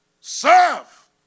Serve